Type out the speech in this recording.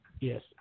Yes